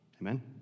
Amen